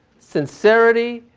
sincerity,